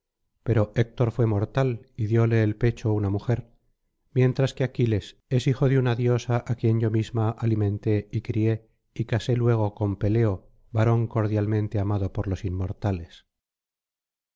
pero héctor fué mortal y dióle el pecho una mujer mientras que aquiles es hijo de una diosa á quien yo misma alimenté y crié y casé luego con peleo varón cordialmente amado por los inmortales